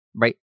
right